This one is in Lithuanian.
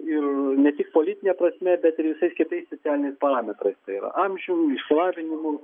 ir ne tik politine prasme bet ir visais kitais socialiniais parametrais tai yra amžium išsilavinimu